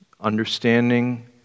understanding